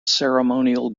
ceremonial